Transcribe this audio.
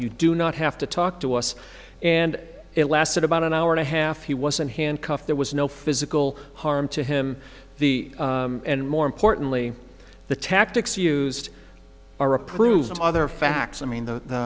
you do not have to talk to us and it lasted about an hour and a half he was in handcuffs there was no physical harm to him the and more importantly the tactics used are approved of other facts i mean th